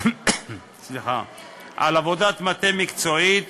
על עבודת מטה מקצועית